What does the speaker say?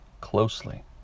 closely